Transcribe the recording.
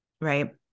right